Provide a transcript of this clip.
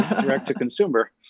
direct-to-consumer